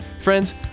Friends